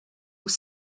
vous